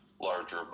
larger